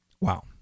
Wow